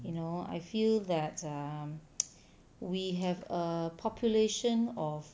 you know I feel that um we have a population of